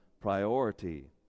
priority